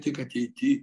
tik ateity